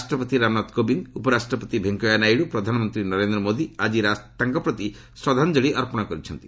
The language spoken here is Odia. ରାଷ୍ଟ୍ରପତି ରାମନାଥ କୋବିନ୍ଦ ଉପରାଷ୍ଟ୍ରପତି ଭେଙ୍କେୟା ନାଇଡୁ ଓ ପ୍ରଧାନମନ୍ତ୍ରୀ ନରେନ୍ଦ୍ର ମୋଦି ଆଜି ତାଙ୍କପ୍ରତି ଶ୍ରଦ୍ଧାଞ୍ଜଳି ଅର୍ପଣ କରିଛନ୍ତି